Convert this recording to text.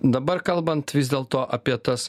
dabar kalbant vis dėlto apie tas